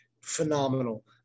Phenomenal